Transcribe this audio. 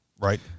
Right